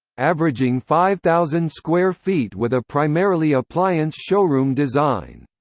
averaging five thousand square feet with a primarily appliance showroom design.